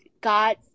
God